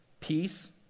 peace